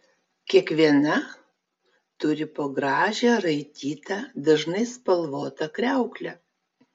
kiekviena turi po gražią raitytą dažnai spalvotą kriauklę